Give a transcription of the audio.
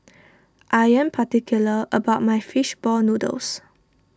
I am particular about my Fish Ball Noodles